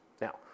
Now